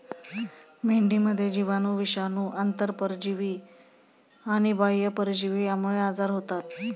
मेंढीमध्ये जीवाणू, विषाणू, आंतरपरजीवी आणि बाह्य परजीवी यांमुळे आजार होतात